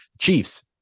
Chiefs